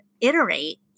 iterate